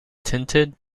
tinted